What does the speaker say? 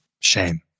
shame